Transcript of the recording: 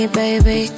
baby